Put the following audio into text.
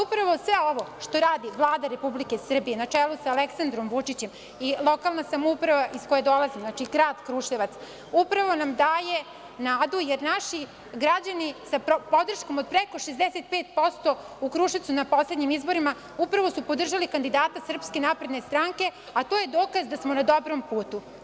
Upravo sve ovo što radi Vlada Republike Srbije na čelu sa Aleksandrom Vučićem i lokalne samouprave iz koje dolazim, Grad Kruševac, uprava nam daje nadu, jer naši građani sa podrškom od preko 65% u Kruševcu na poslednjim izborima, upravo su podržali kandidata SNS, a to je dokaz da smo na dobrom putu.